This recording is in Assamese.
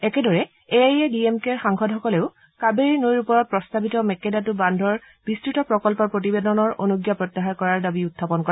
একেদৰে A I A D M কেৰ সাংসদসকলেও কাবেৰী নৈৰ ওপৰত প্ৰস্তাৱিত মেৰেক্বদটু বান্ধৰ বিস্তত প্ৰকল্পৰ প্ৰতিবেদনৰ অনুজ্ঞা প্ৰত্যাহাৰ কৰাৰ দাবী উখাপন কৰে